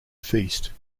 feast